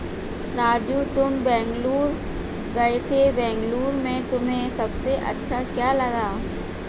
राजू तुम बेंगलुरु गए थे बेंगलुरु में तुम्हें सबसे अच्छा क्या लगा?